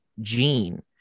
gene